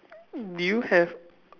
do you have